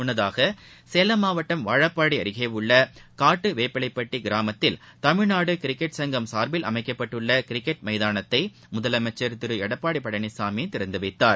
முன்னதாக சேலம் மாவட்டம் வாழப்பாடி அருகேயுள்ள காட்டுவேப்பிலைப்பட்டி கிராமத்தில் தமிழ்நாடு கிரிக்கெட் சங்கம் சார்பில் அமைக்கப்பட்டுள்ள கிரிக்கெட் மைதானத்தை முதலமைச்சர் திரு எடப்பாடி பழனிசாமி திறந்துவைத்தார்